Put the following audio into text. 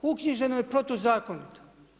Uknjiženo je protuzakonito.